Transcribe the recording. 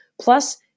Plus